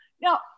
Now